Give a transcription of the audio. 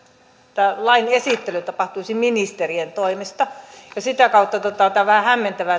tämä lain esittely tapahtuisi ministerien toimesta ja sitä kautta tämä keskustelu on vähän hämmentävää